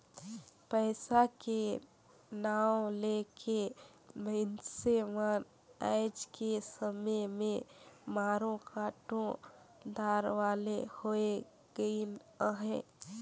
पइसा के नांव ले के मइनसे मन आएज के समे में मारो काटो दार वाले होए गइन अहे